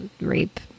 rape